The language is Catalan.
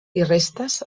restes